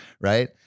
right